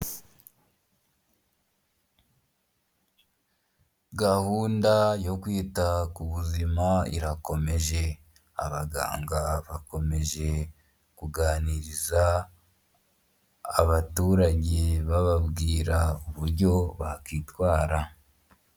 Gahunda yo kwita ku buzima irakomeje, abaganga bakomeje kuganiriza, abaturage bababwira uburyo bakwitwara.